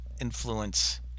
influence